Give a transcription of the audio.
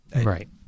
Right